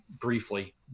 briefly